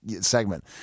segment